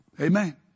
Amen